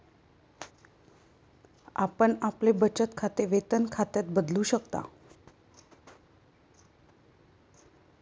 आपण आपले बचत खाते वेतन खात्यात बदलू शकता